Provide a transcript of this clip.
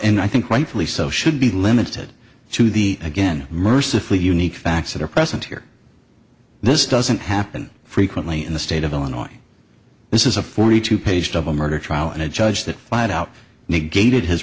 and i think rightfully so should be limited to the again mercifully unique facts that are present here this doesn't happen frequently in the state of illinois this is a forty two page double murder trial and a judge that i doubt negated his